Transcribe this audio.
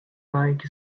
bike